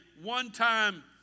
one-time